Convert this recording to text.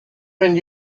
been